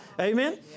Amen